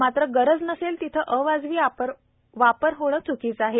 मात्र गरज नसेल तिथे अवाजवी वापर होणे च्कीचे आहे